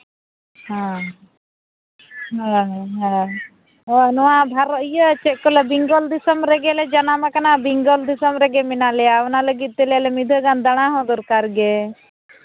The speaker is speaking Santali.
ᱦᱮᱸ ᱦᱮᱸ ᱦᱮᱸ ᱦᱳᱭ ᱱᱚᱣᱟ ᱪᱮᱫ ᱠᱚ ᱞᱟᱹᱭᱟ ᱵᱮᱝᱜᱚᱞ ᱨᱮᱜᱮᱞᱮ ᱡᱟᱱᱟᱢ ᱠᱟᱱᱟ ᱵᱮᱝᱜᱚᱞ ᱫᱤᱥᱚᱢ ᱨᱮᱜᱮ ᱢᱮᱱᱟᱜ ᱞᱮᱭᱟ ᱚᱱᱟ ᱞᱟᱹᱜᱤᱫ ᱛᱟᱦᱞᱮ ᱢᱤᱫ ᱫᱷᱟᱣ ᱜᱟᱱ ᱫᱟᱬᱟ ᱦᱚᱸ ᱫᱚᱨᱠᱟᱨ ᱜᱮ